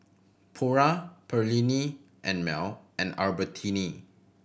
Pura Perllini and Mel and Albertini